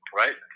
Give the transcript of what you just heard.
right